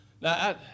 Now